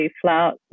flout